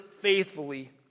faithfully